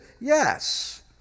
Yes